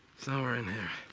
somewhere in here.